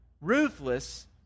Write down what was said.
ruthless